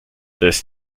this